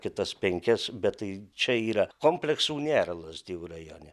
kitas penkias bet tai čia yra kompleksų nėra lazdijų rajone